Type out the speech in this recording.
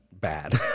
bad